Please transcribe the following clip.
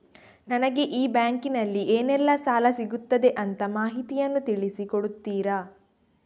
ನನಗೆ ಈ ಬ್ಯಾಂಕಿನಲ್ಲಿ ಏನೆಲ್ಲಾ ಸಾಲ ಸಿಗುತ್ತದೆ ಅಂತ ಮಾಹಿತಿಯನ್ನು ತಿಳಿಸಿ ಕೊಡುತ್ತೀರಾ?